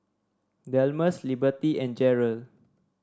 Delmus Liberty and Jarrell